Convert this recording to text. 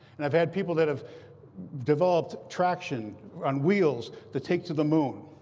and i've had people that have developed traction on wheels to take to the moon.